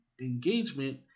engagement